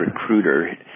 recruiter